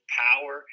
power